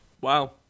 Wow